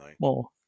more